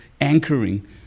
anchoring